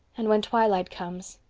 and when twilight comes.